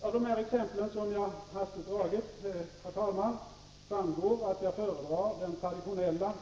Av de exempel som jag hastigt anfört, herr talman, framgår att jag föredrar den traditionella